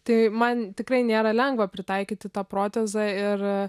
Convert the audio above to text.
tai man tikrai nėra lengva pritaikyti tą protezą ir